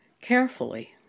carefully